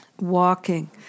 walking